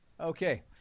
Okay